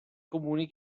comuni